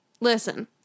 Listen